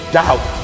doubt